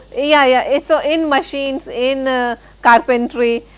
yeah, yeah so in machines, in carpentry,